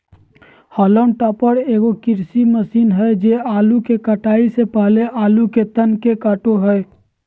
haulm topper एगो कृषि machine हइ जे आलू के कटाई से पहले आलू के तन के काटो हइ